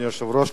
אדוני היושב-ראש,